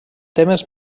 temes